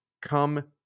come